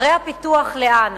ערי הפיתוח לאן